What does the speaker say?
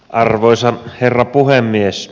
arvoisa herra puhemies